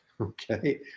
okay